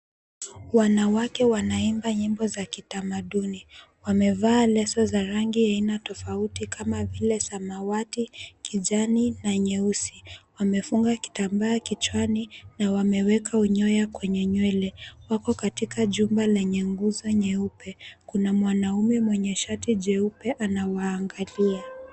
Wanawake wanaimba nyimbo za kitamaduni. Wamevaa leso za rangi aina tofauti kama vile samawati, kijani na nyeusi wamefunga kitambaa kichwani na wameweka unyoya kwenye nywele. Wako katika jumba lenye nguzo nyeupe kuna mwanaume mwenye shati jeupe anawaangalia.